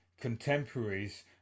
contemporaries